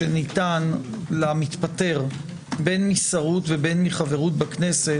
כי פסקה (3) מתקשרת לחוק יסוד: